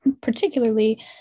particularly